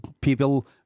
people